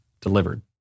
delivered